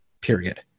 Period